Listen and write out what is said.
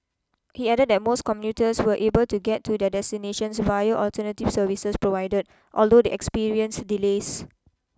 he added that most commuters were able to get to their destinations via alternative services provided although they experienced delays